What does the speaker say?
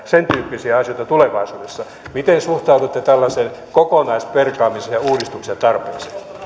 sen tyyppisiä asioita tulevaisuudessa miten suhtaudutte tällaiseen kokonaisperkaamiseen